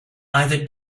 either